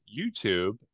YouTube